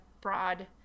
broad